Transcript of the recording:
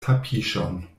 tapiŝon